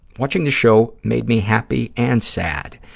watching the show made me happy and sad.